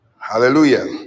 hallelujah